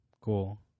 cool